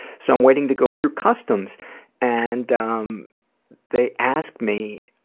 so i'm waiting to go through customs and ah um they ask me,